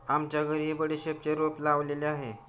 आमच्या घरीही बडीशेपचे रोप लावलेले आहे